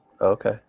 okay